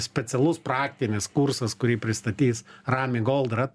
specialus praktinis kursas kurį pristatys rami goldrat